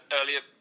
earlier